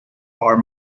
are